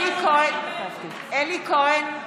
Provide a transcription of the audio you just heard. אלי כהן,